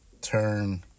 turn